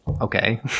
okay